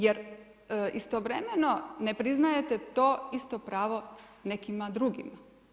Jer istovremeno ne priznajete to isto pravo nekima drugima.